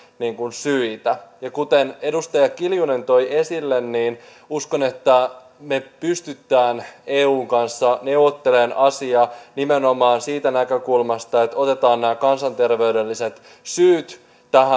syitä kuten edustaja kiljunen toi esille niin uskon että me pystymme eun kanssa neuvottelemaan asian nimenomaan siitä näkökulmasta että otetaan nämä kansanterveydelliset syyt